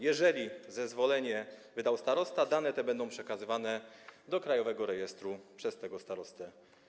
Jeżeli zezwolenie wyda starosta, dane te będą przekazywane do krajowego rejestru przez tego starostę.